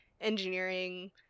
engineering